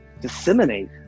disseminate